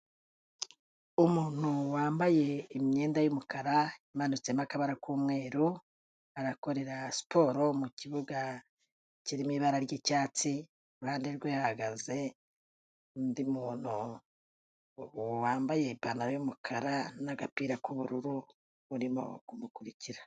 Umuntu wambaye imyenda y'umukara imanutsemo akabara k'umweru arakorera siporo mu kibuga kirimo ibara ry'icyatsi, iruhande rwe hahagaze undi muntu wambaye ipantaro y'umukara n'agapira k'ubururu urimo kumukurikira.